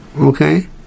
Okay